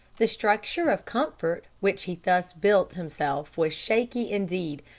the structure of comfort which he thus built himself was shaky indeed,